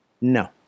No